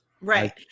Right